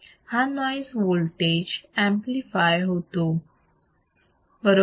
हा noise voltage amplify होतो बरोबर